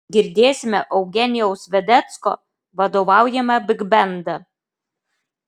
girdėsime eugenijaus vedecko vadovaujamą bigbendą